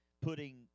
putting